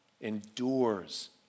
endures